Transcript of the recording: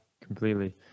completely